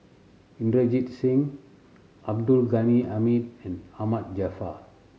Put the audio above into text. Inderjit Singh Abdul Ghani Hamid and Ahmad Jaafar